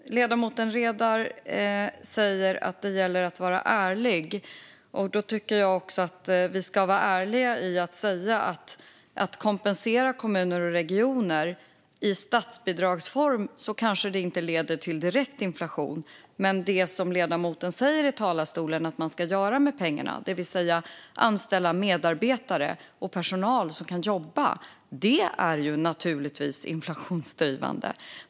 Fru talman! Ledamoten Redar säger att det gäller att vara ärlig. Då tycker jag att vi också ska vara ärliga med att säga att om man kompenserar kommuner och regioner i statsbidragsform kanske det inte leder till direkt inflation. Men det som ledamoten säger i talarstolen att man ska göra med pengarna, det vill säga anställa medarbetare och personal som kan jobba, är naturligtvis inflationsdrivande.